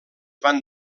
van